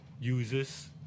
users